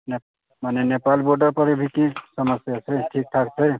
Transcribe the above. मने नेपाल बॉर्डरपर अभी की समस्या छै ठीक ठाक छै